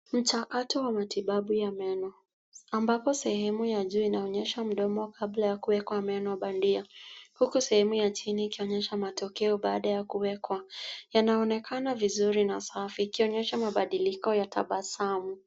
Mchakato wa matibabu ya meno ambapo sehemu ya juu inaonyesha mdomo kabla ya kuwekwa meno bandia, huku sehemu ya chini ikionyesha matokeo baada ya kuwekwa. Yanaonekana vizuri na safi ikionyesha mabadiliko ya tabasamu.